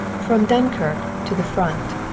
from dunkirk to the front,